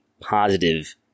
positive